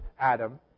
Adam